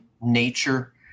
nature